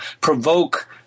provoke